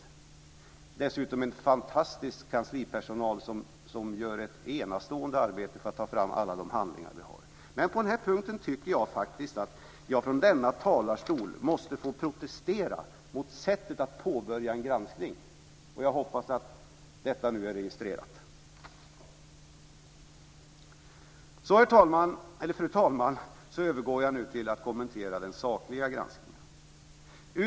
Det är dessutom en fantastisk kanslipersonal som gör ett enastående arbete med att ta fram alla de handlingar som vi har. Men på den här punkten tycker jag faktiskt att jag från denna talarstol måste få protestera mot sättet att påbörja en granskning. Jag hoppas att detta nu är registrerat. Fru talman! Jag övergår nu till att kommentera den sakliga granskningen.